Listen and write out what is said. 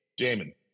Jamin